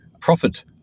profit